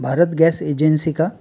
Bharat gas agency का